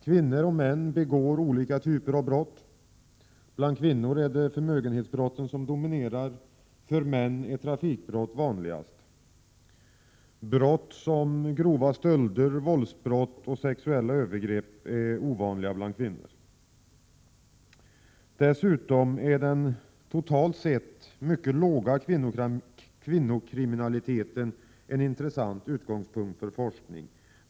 Kvinnor och män begår olika typer av brott. Bland kvinnor är det förmögenhetsbrotten som dominerar, för män är trafikbrott vanligast. Brott som grova stölder, våldsbrott och sexuella övergrepp är ovanliga bland kvinnor. Dessutom är den totalt sett mycket låga kvinnokriminaliteten en intressant utgångspunkt för forskning.